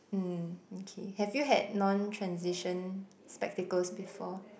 mm okay have you had non transition spectacles before